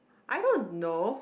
I don't know